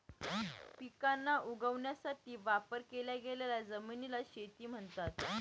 पिकांना उगवण्यासाठी वापर केल्या गेलेल्या जमिनीला शेती म्हणतात